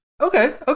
Okay